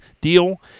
deal